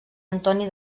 antoni